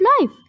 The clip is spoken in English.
life